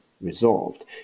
resolved